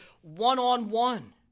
one-on-one